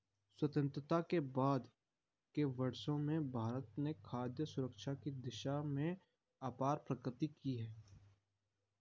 स्वतंत्रता के बाद के वर्षों में भारत ने खाद्य सुरक्षा की दिशा में अपार प्रगति की है